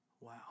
Wow